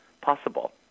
possible